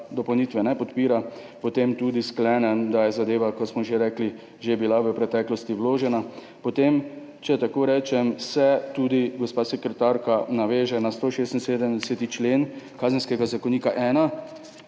dopolnitve ne podpira, potem tudi sklenem, da je bila zadeva, kot smo že rekli, v preteklosti že vložena, potem, če tako rečem, se tudi gospa sekretarka naveže na 176. člen Kazenskega zakonika